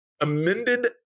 amended